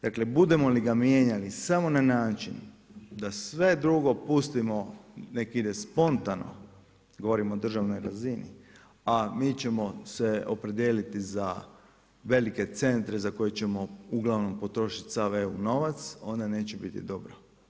Dakle, budemo li ga mijenjali samo na način da sve drugo pustimo neki ide spontano, govorim o državnoj razini, a mi ćemo opredijeliti za velike centre za koje ćemo uglavnom potrošiti sav EU novac, onda neće biti dobro.